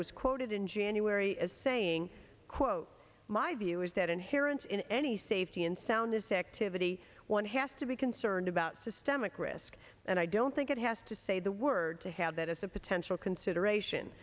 was quoted in january as saying quote my view is that inherent in any safety and soundness activity one has to be concerned about systemic risk and i don't think it has to say the word to have that as a potential consideration